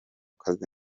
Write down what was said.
kazi